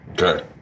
Okay